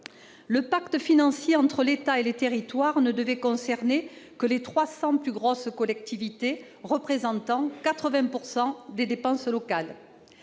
Le pacte financier entre l'État et les territoires ne devait concerner que les 300 plus grosses collectivités représentant 80 % des dépenses locales.